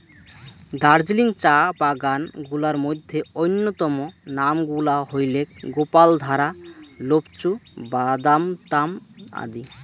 দার্জিলিং চা বাগান গুলার মইধ্যে অইন্যতম নাম গুলা হইলেক গোপালধারা, লোপচু, বাদামতাম আদি